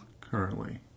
Currently